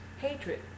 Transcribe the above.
hatred